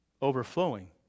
overflowing